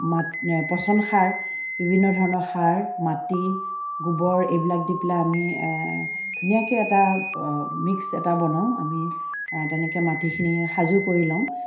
মাট পচন সাৰ বিভিন্ন ধৰণৰ সাৰ মাটি গোবৰ এইবিলাক দি পেলাই আমি ধুনীয়াকৈ এটা মিক্স এটা বনাওঁ আমি তেনেকৈ মাটিখিনি সাজু কৰি লওঁ